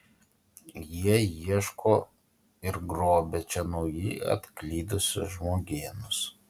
jie ieško ir grobia čia naujai atklydusius žmogėnus